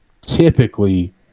typically